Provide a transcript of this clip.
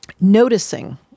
Noticing